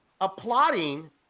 applauding